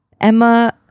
Emma